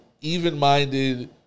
even-minded